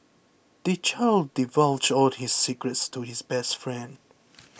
the child divulged all his secrets to his best friend